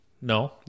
No